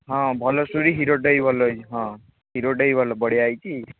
ହଁ ଭଲ ଷ୍ଟୋରୀ ହିରୋଟା ବି ଭଲ ହୋଇଛି ହଁ ହିରୋଟା ବି ଭଲ ବଢ଼ିଆ ହୋଇଛି